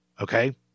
Okay